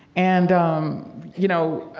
and, um, you know,